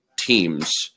teams